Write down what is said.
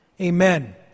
Amen